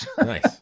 Nice